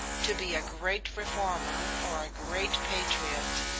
to be a great reformer or a great patriot,